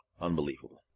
Unbelievable